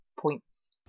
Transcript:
points